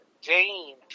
Jane